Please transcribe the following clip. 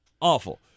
awful